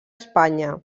espanya